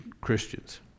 Christians